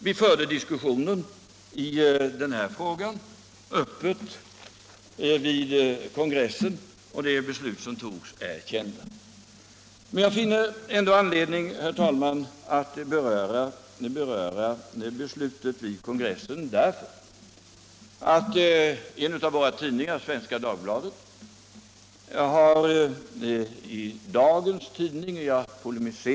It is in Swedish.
Vi förde diskussionen i denna fråga öppet vid kongressen, och de beslut som togs är kända. Jag finner, herr talman, ändå anledning att beröra beslutet vid kongressen när det gäller läkemedelsindustrin därför att Svenska Dagbladet i dag har en artikel med rubriken ”S-kongressen ”kördes över” av regeringen”.